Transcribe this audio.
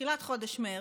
בתחילת חודש מרץ,